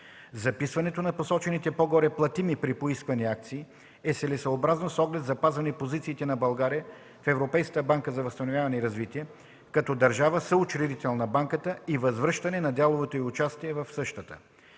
Записването на посочените по-горе платими при поискване акции е целесъобразно с оглед запазване позициите на България в Европейската банка за възстановяване и развитие, като държава – съучредител на банката и възвръщане на дяловото й участие в същата.